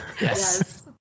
Yes